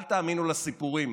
אל תאמינו לסיפורים